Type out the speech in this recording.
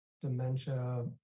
Dementia